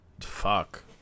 Fuck